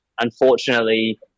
unfortunately